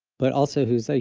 but also who's like,